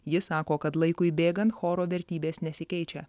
jis sako kad laikui bėgant choro vertybės nesikeičia